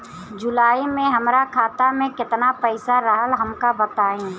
जुलाई में हमरा खाता में केतना पईसा रहल हमका बताई?